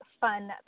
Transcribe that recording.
fun